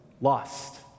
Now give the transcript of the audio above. lost